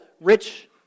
rich